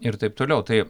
ir taip toliau tai